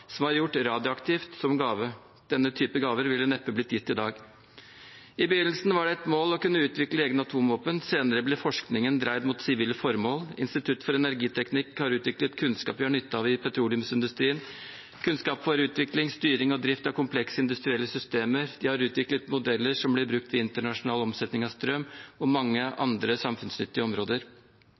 som var gjort radioaktivt, som gave. Denne typen gave ville neppe blitt gitt i dag. I begynnelsen var det et mål å kunne utvikle egne atomvåpen. Senere ble forskningen dreid mot sivile formål. Institutt for energiteknikk har utviklet kunnskap vi har nytte av i petroleumsindustrien, kunnskap for utvikling, styring og drift av komplekse industrielle systemer, og de har utviklet modeller som blir brukt i internasjonal omsetning av strøm og på mange andre samfunnsnyttige områder.